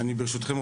ברשותכם,